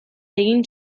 egin